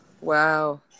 Wow